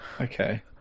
okay